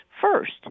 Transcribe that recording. first